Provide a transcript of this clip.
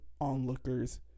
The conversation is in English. onlookers